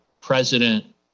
president